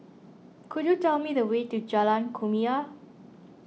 could you tell me the way to Jalan Kumia